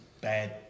bad